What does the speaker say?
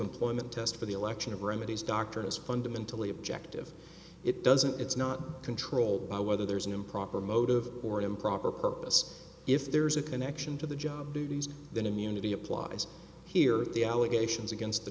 employment test for the election of remedies doctrine is fundamentally objective it doesn't it's not controlled by whether there's an improper motive or an improper purpose if there's a connection to the job duties that immunity applies here the allegations against the